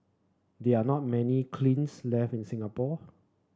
there are not many cleans left in Singapore